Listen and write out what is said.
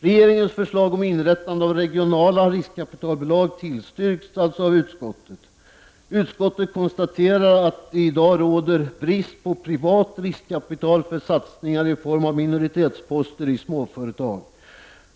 Regeringens förslag om inrättande av regionala riskkapitalbolag tillstyrks således av utskottet. Utskottet konstaterar att det i dag råder brist på privat riskkapital för satsningar i form av minoritetsposter i småföretag.